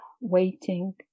waiting